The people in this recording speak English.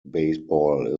baseball